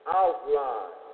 outline